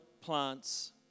plants